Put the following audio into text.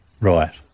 Right